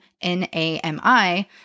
N-A-M-I